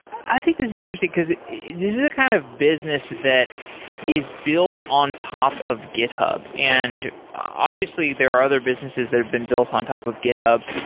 i think this is interesting, because this is a kind of business that is built on top of github, and obviously there are other businesses that have been built on top of github,